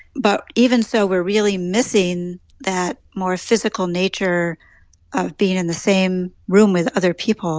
but even so, we're really missing that more physical nature of being in the same room with other people